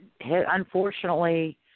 unfortunately